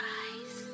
eyes